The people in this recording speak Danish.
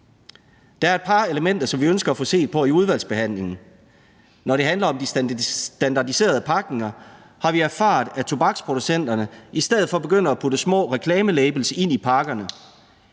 Der er et par elementer, som vi ønsker at få set på i udvalgsbehandlingen. Når det handler om de standardiserede pakninger, har vi erfaret, at tobaksproducenterne i stedet for begynder at putte små reklamelabels ind i pakkerne.